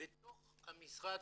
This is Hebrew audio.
ובתוך משרד